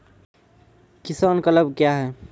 किसान क्लब क्या हैं?